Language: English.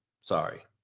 Sorry